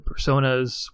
personas